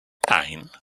nine